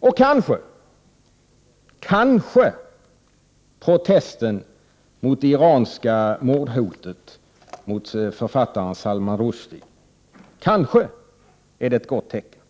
Och protesten mot det iranska mordhotet mot författaren Salman Rushdie är kanske ett gott tecken.